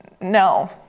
No